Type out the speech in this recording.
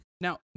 Now